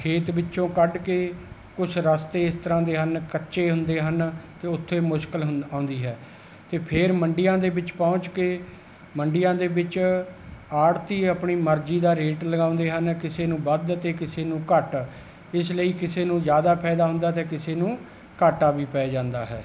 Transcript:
ਖੇਤ ਵਿੱਚੋਂ ਕੱਢ ਕੇ ਕੁਛ ਰਸਤੇ ਇਸ ਤਰ੍ਹਾਂ ਦੇ ਹਨ ਕੱਚੇ ਹੁੰਦੇ ਹਨ ਅਤੇ ਉੱਥੇ ਮੁਸ਼ਕਿਲ ਹੁੰ ਆਉਂਦੀ ਹੈ ਅਤੇ ਫਿਰ ਮੰਡੀਆਂ ਦੇ ਵਿੱਚ ਪਹੁੰਚ ਕੇ ਮੰਡੀਆਂ ਦੇ ਵਿੱਚ ਆੜ੍ਹਤੀ ਆਪਣੀ ਮਰਜ਼ੀ ਦਾ ਰੇਟ ਲਗਾਉਂਦੇ ਹਨ ਕਿਸੇ ਨੂੰ ਵੱਧ ਅਤੇ ਕਿਸੇ ਨੂੰ ਘੱਟ ਇਸ ਲਈ ਕਿਸੇ ਨੂੰ ਜ਼ਿਆਦਾ ਫ਼ਾਇਦਾ ਹੁੰਦਾ ਅਤੇ ਕਿਸੇ ਨੂੰ ਘਾਟਾ ਵੀ ਪੈ ਜਾਂਦਾ ਹੈ